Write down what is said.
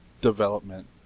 development